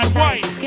white